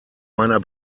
meiner